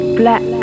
black